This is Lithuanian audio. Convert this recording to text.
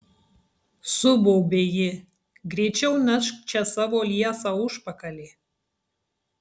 subaubė ji greičiau nešk čia savo liesą užpakalį